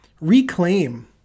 reclaim